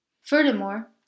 Furthermore